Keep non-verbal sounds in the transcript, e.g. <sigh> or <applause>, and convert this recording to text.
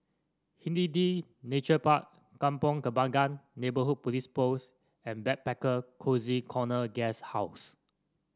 <unintelligible> Nature Park Kampong Kembangan Neighbourhood Police Post and Backpacker Cozy Corner Guesthouse